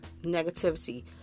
negativity